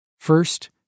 First